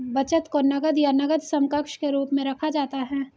बचत को नकद या नकद समकक्ष के रूप में रखा जाता है